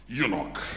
eunuch